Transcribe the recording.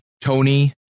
Tony